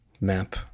map